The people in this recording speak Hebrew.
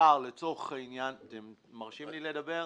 אתם מרשים לי לדבר?